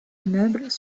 immeubles